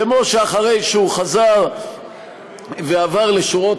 כמו שאחרי שהוא חזר ועבר לשורות